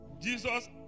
Jesus